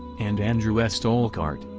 and andrew s. dolkart,